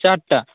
ଚାରଟା